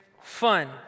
fun